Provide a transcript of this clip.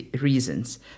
reasons